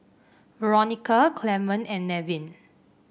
Veronica Clemon and Nevin